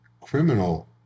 criminal